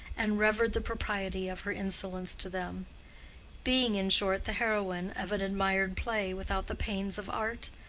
and revered the propriety of her insolence to them being in short the heroine of an admired play without the pains of art?